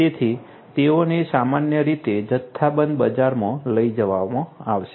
તેથી તેઓને સામાન્ય રીતે જથ્થાબંધ બજારમાં લઈ જવામાં આવશે